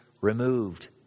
removed